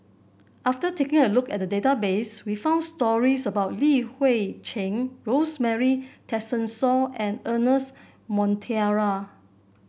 after taking a look at the database we found stories about Li Hui Cheng Rosemary Tessensohn and Ernest Monteiro